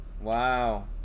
Wow